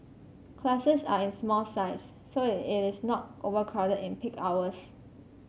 classes are in small size so it is not overcrowded in peak hours